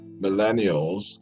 millennials